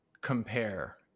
compare